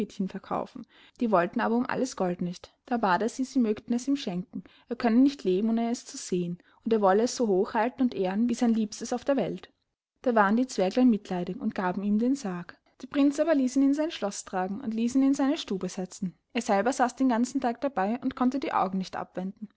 verkaufen die wollten aber um alles gold nicht da bat er sie sie mögten es ihm schenken er könne nicht leben ohne es zu sehen und er wolle es so hoch halten und ehren wie sein liebstes auf der welt da waren die zwerglein mitleidig und gaben ihm den sarg der prinz aber ließ ihn in sein schloß tragen und ließ ihn in seine stube setzen er selber saß den ganzen tag dabei und konnte die augen nicht abwenden